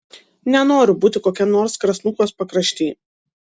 nenoriu būti kokiam nors krasnuchos pakrašty